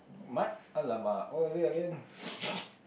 mat~ !alamak! what was it again